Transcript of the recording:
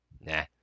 Nah